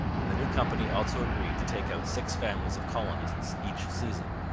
and the new company also agreed to take out six families of colonists each season.